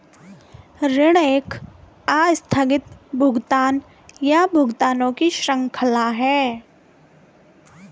ऋण एक आस्थगित भुगतान, या भुगतानों की श्रृंखला है